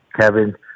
Kevin